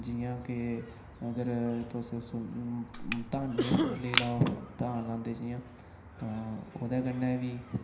जि'यां के अगर तुस स धानै दी फसलै लेई लैओ धान लांदे जियां तां ओह्दे कन्नै बी